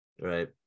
right